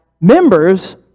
members